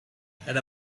had